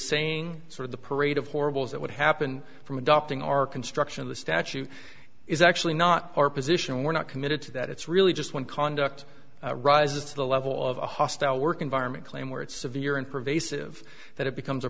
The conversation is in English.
saying sort of the parade of horribles that would happen from adopting our construction of the statue is actually not our position we're not committed to that it's really just one conduct rises to the level of a hostile work environment claim where it's severe and pervasive that it becomes a